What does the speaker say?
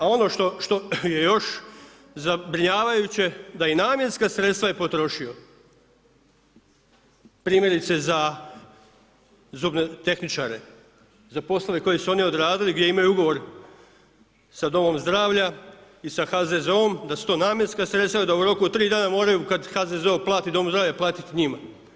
A ono što je još zabrinjavajuće da i namjenska sredstva je potrošio, primjerice za zubotehničare, za poslove koji su oni odradili gdje imaju ugovor sa domom zdravlja i sa HZZO-om da su to namjenska sredstva i da u roku od 3 dana moraju HZZO platiti domu zdravlja platiti njima.